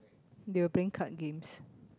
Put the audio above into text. they were playing card games